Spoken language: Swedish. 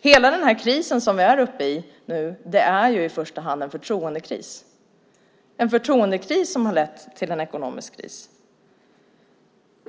Hela den kris som vi befinner oss i är i första hand en förtroendekris, en förtroendekris som lett till en ekonomisk kris.